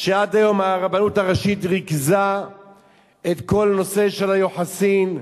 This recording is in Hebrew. שעד היום הרבנות הראשית ריכזה את כל הנושא של היוחסין.